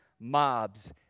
mobs